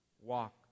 Walk